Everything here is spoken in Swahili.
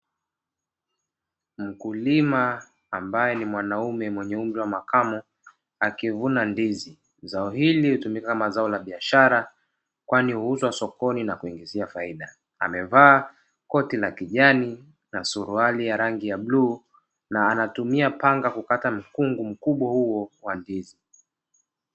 Mkulima ambaye ni mwanaume mwenye umri wa makamu akivuna ndizi, zao hili hutumika kama zao la biashara kwani huuzwa sokoni na kuingiza faida, amevaa koti la kijani na suruali ya rangi ya blue na anatumia panga kukata mikungu mkubwa.